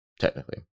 technically